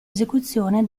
esecuzione